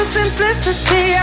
simplicity